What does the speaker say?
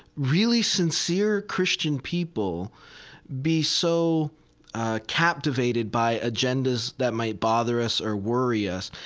really sincere christian people be so captivated by agendas that might bother us or worry us?